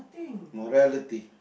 morality